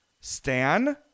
stan